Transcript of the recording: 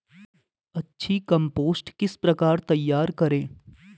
अच्छी कम्पोस्ट किस प्रकार तैयार करें?